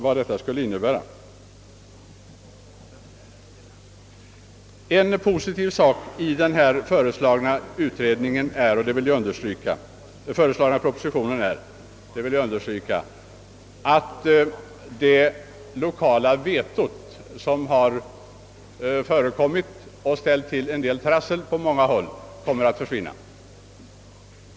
Företeelsen visar kanske i någon mån vad denna ordning skulle innebära. En positiv sak i propositionen är, det vill jag understryka, att det lokala veto, som har förekommit och ställt till ett visst trassel på många håll, kommer att försvinna.